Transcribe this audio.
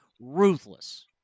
ruthless